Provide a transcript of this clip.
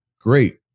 great